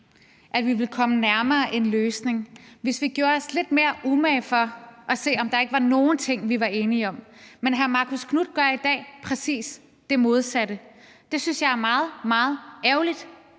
at vi ville komme nærmere en løsning, hvis vi gjorde os lidt mere umage for at se, om der ikke var nogle ting, vi var enige om, men hr. Marcus Knuth gør i dag præcis det modsatte. Det synes jeg er meget, meget ærgerligt,